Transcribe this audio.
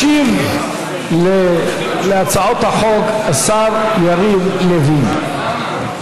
ישיב על הצעות החוק השר יריב לוין.